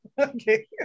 Okay